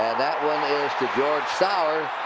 to george sauer.